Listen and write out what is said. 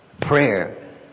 Prayer